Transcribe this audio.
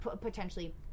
potentially